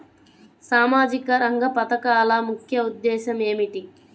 సామాజిక రంగ పథకాల ముఖ్య ఉద్దేశం ఏమిటీ?